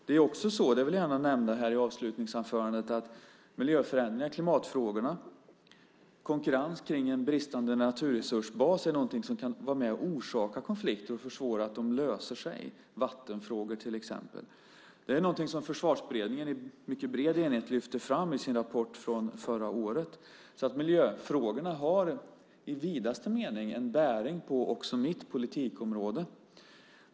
Jag vill också gärna nämna i mitt avslutningsanförande att miljöförändringar, klimatfrågor och konkurrens om en bristande naturresursbas är något som kan orsaka konflikter och försvåra att de löses. Det kan till exempel gälla vattenfrågor. Det här är något som Försvarsberedningen i bred enighet lyfte fram i rapporten förra året. Miljöfrågorna har i vidaste mening bäring på också mitt politikområde.